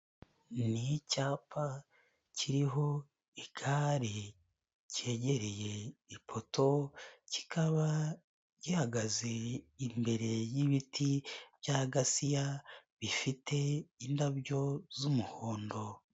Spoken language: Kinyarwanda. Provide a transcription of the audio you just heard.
Ni icyapa kiriho igare kegereye ipoto kikaba gihagaze imbere y'ibiti bya gasiya bifite indabyo z'umuhondo.